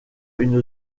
une